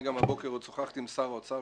הבוקר שוחחתי עם שר האוצר,